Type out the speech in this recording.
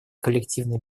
коллективной